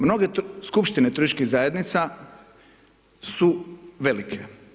Mnoge skupštine turističkih zajednica su velike.